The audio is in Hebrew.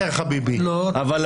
כמה פעמים?- -- -אפס.